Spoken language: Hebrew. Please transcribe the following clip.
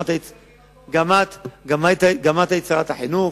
גם את היית שרת החינוך,